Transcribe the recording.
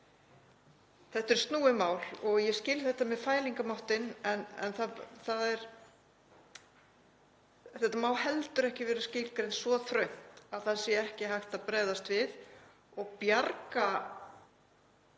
Þetta er snúið mál og ég skil þetta með fælingarmáttinn en þetta má heldur ekki vera skilgreint svo þröngt að það sé ekki hægt að bregðast við og bjarga börnum